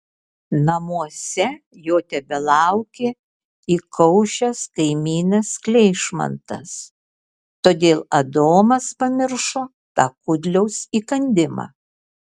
namuose jo tebelaukė įkaušęs kaimynas kleišmantas todėl adomas pamiršo tą kudliaus įkandimą